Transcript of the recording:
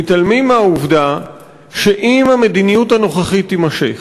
מתעלמים מהעובדה שאם המדיניות הנוכחית תימשך,